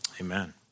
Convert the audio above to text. Amen